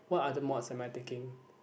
what other mods am I taking